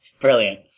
Brilliant